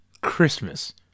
Christmas